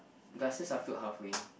glasses are filled halfway